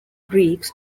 greeks